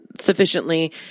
sufficiently